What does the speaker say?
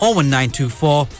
01924